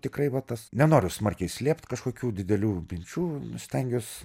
tikrai va tas nenoras smarkiai slėpt kažkokių didelių minčių stengiuos